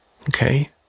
Okay